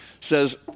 says